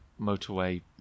motorway